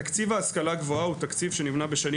תקציב ההשכלה הגבוהה הוא תקציב שנבנה בשנים